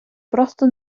просто